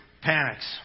panics